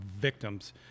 victims